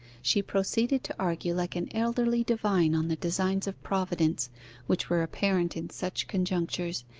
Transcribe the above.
she proceeded to argue like an elderly divine on the designs of providence which were apparent in such conjunctures,